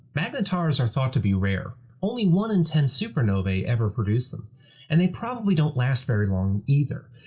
magnetars are thought to be rare only one in ten supernovae ever produce them and they probably don't last very long either.